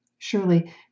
Surely